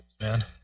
man